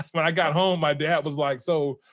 when i got home my dad was like, so,